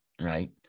right